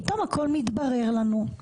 פתאום הכול מתברר לנו.